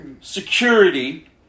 security